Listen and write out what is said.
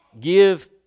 Give